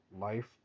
life